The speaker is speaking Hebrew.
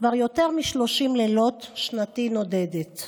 כבר יותר מ-30 לילות שנתי נודדת,